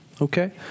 okay